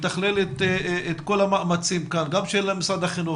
מתכלל את כל המאמצים כאן גם של משרד החינוך,